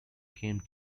came